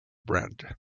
brand